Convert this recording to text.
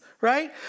right